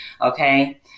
okay